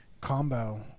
combo